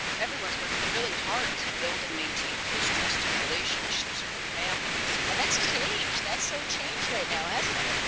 everyone's work really hard to build and maintain close trusting relationships with the families. and that's changed that's so changed right now hasn't it?